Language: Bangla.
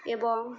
এবং